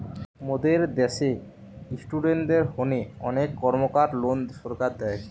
মোদের দ্যাশে ইস্টুডেন্টদের হোনে অনেক কর্মকার লোন সরকার দেয়